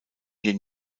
den